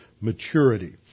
maturity